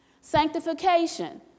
sanctification